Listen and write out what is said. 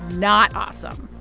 not awesome,